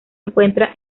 encuentra